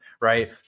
Right